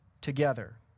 together